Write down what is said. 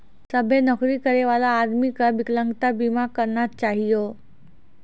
सभ्भे नौकरी करै बला आदमी के बिकलांगता बीमा करना चाहियो